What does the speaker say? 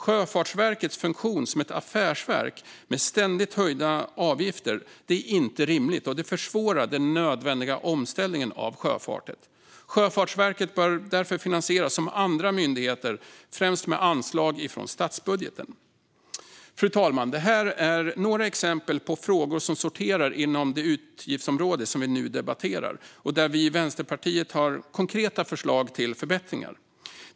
Sjöfartsverkets funktion som ett affärsverk, med ständigt höjda avgifter, är inte rimlig, och detta försvårar den nödvändiga omställningen av sjöfarten. Sjöfartsverket bör därför finansieras som andra myndigheter, främst med anslag från statsbudgeten. Fru talman! Det här är några exempel på frågor som sorterar inom det utgiftsområde vi nu debatterar och där vi i Vänsterpartiet har konkreta förslag till förbättringar.